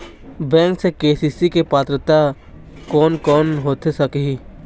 Bank से KCC के पात्रता कोन कौन होथे सकही?